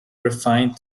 refined